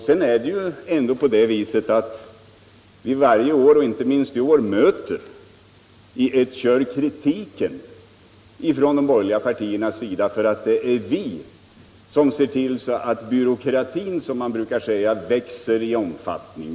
Sedan är det ju ändå så att vi varje år, inte minst i år, möter kritik i ett kör från de borgerliga partiernas sida för att vi inte ser till att byråkratin, som man brukar säga, växer i omfattning.